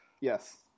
Yes